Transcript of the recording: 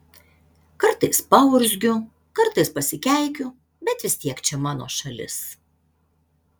kartais paurzgiu kartais pasikeikiu bet vis tiek čia mano šalis